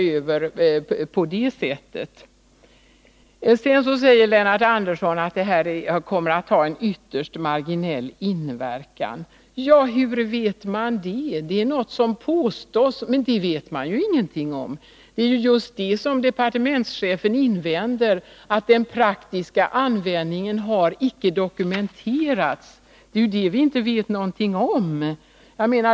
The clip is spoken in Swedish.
Lennart Andersson säger vidare att de föreslagna undantagsreglerna kommer att ha en ytterst marginell betydelse. Hur vet man det? Det är något som påstås, men det vet man ingenting om. Det är just detta som departementschefen invänder då han anför att den praktiska användningen inte har dokumenterats. Det är det som vi inte vet någonting om.